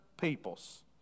peoples